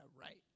right